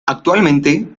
actualmente